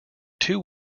two